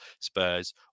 Spurs